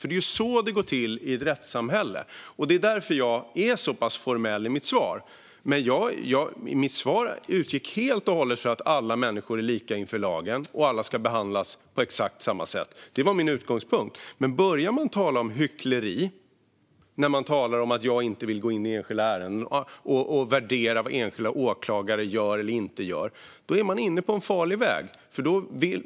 Det är så det går till i ett rättssamhälle. Det är därför jag är så formell i mitt svar. Mitt svar utgick helt och hållet från att alla människor är lika inför lagen och att alla ska behandlas på exakt samma sätt. Det var min utgångspunkt. Men börjar man tala om hyckleri när man syftar på att jag inte vill gå in i enskilda ärenden och värdera vad enskilda åklagare gör eller inte är man inne på en farlig väg.